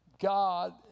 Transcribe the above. God